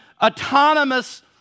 autonomous